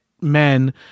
men